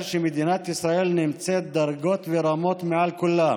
שמדינת ישראל נמצאת דרגות ורמות מעל כולם